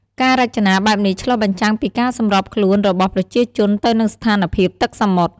ការរចនាបែបនេះឆ្លុះបញ្ចាំងពីការសម្របខ្លួនរបស់ប្រជាជនទៅនឹងស្ថានភាពទឹកសមុទ្រ។